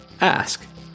ask